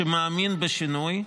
שמאמין בשינוי,